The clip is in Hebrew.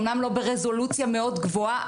אמנם לא ברזולוציה מאוד גבוהה,